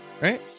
right